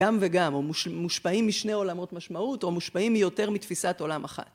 גם וגם או מושפעים משני עולמות משמעות או מושפעים יותר מתפיסת עולם אחת